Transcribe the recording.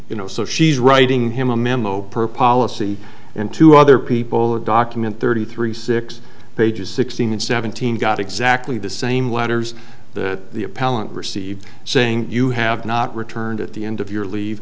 you know so she's writing him a memo per policy and to other people or document thirty three six pages sixteen and seventeen got exactly the same letters that the appellant received saying you have not returned at the end of your leave